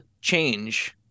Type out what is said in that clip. change